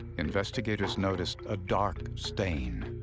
investigators noticed a dark stain.